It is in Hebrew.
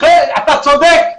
אתה צודק,